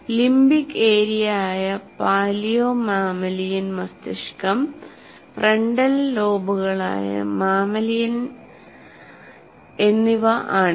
limbic ഏരിയയായ paleo mammalian മസ്തിഷ്കം frontal ലോബുകളായ മാമാലിയൻ എന്നിവ ആണത്